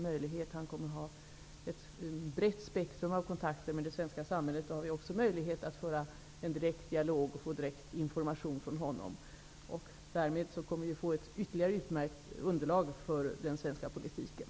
Han kommer att ha ett brett spektrum av kontakter med det svenska samhället. Då har vi också en möjlighet att föra en direkt dialog och få information direkt från honom. Därmed kommer vi att få ytterligare ett utmärkt underlag för den svenska politiken.